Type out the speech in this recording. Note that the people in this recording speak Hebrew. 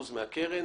1,000 שקלים?